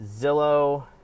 Zillow